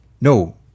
no